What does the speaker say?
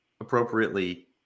appropriately